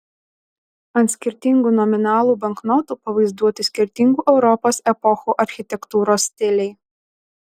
ant skirtingų nominalų banknotų pavaizduoti skirtingų europos epochų architektūros stiliai